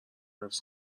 حفظ